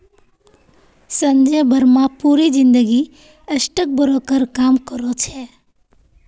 संजय बर्मा पूरी जिंदगी stock broker काम करो छे